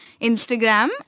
Instagram